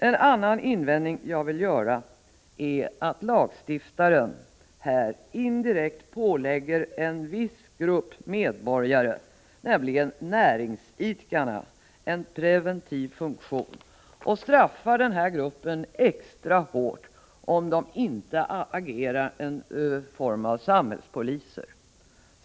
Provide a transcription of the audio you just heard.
En annan invändning som jag vill göra är att lagstiftaren här indirekt ålägger en viss grupp medborgare, nämligen näringsidkarna, en preventiv funktion och straffar denna grupp extra hårt, om de som hör dit inte agerar som en sorts samhällspoliser.